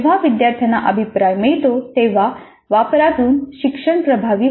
विद्यार्थ्यांना अभिप्राय मिळतो तेव्हा वापरातून शिक्षण प्रभावी होते